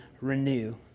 renew